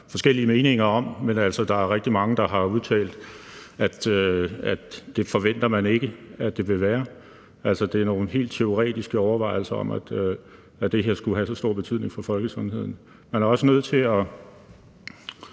forskellige meninger om, men der er altså rigtig mange, der har udtalt, at det forventer man ikke at der vil være. Altså, det er nogle helt teoretiske overvejelser om, at det her skulle have så stor betydning for folkesundheden. Man er nødt til